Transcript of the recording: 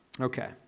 Okay